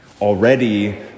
Already